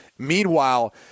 Meanwhile